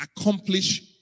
accomplish